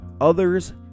others